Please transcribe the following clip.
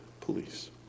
police